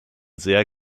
sehr